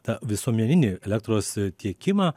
tą visuomeninį elektros tiekimą